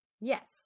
Yes